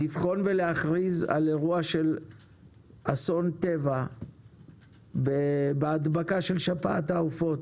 לבחון ולהכריז על אירוע של אסון טבע בהדבקה של שפעת העופות,